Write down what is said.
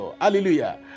Hallelujah